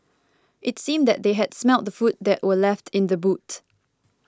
it seemed that they had smelt the food that were left in the boot